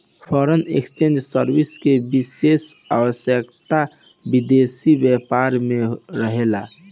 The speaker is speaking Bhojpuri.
फॉरेन एक्सचेंज सर्विस के विशेष आवश्यकता विदेशी व्यापार में रहेला